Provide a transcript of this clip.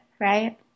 Right